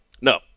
No